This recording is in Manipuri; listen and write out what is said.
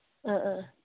ꯑ ꯑ ꯑ